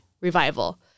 Revival